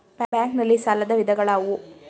Bank ನಲ್ಲಿ ಸಾಲದ ವಿಧಗಳಾವುವು?